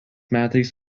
metais